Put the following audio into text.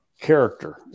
Character